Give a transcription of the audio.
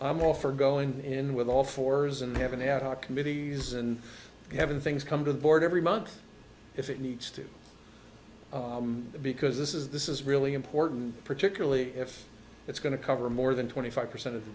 i'm all for going in with all fours and have an ad hoc committee is and having things come to the board every month if it needs to because this is this is really important particularly if it's going to cover more than twenty five percent of